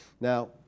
Now